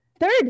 third